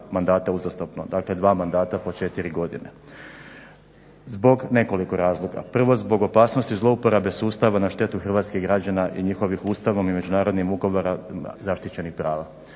uzastopno, dakle dva mandata po četiri godine zbog nekoliko razloga. Prvo zbog opasnosti zlouporabe sustava na štetu hrvatskih građana i njihovih Ustavom i međunarodnim ugovorom zaštićenih prava.